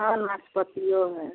हाँ नाशपाती है